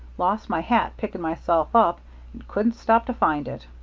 lost my hat picking myself up, and couldn't stop to find it.